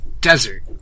desert